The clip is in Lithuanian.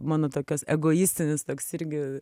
mano tokios egoistinis toks irgi